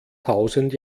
tausend